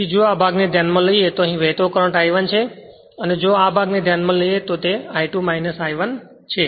તેથી જો આ ભાગને ધ્યાનમાં લઈએ તો અહીં વહેતો કરંટ I1 છે અને જો આ ભાગને ધ્યાનમાં લઈએ તો તે I2 I1 છે